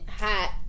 hot